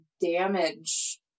damage